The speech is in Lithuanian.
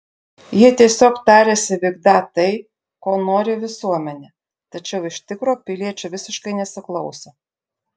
jie tiesiog tariasi vykdą tai ko nori visuomenė tačiau iš tikro piliečių visiškai nesiklauso